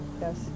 Yes